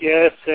Yes